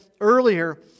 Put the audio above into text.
earlier